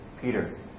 Peter